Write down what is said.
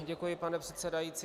Děkuji, pane předsedající.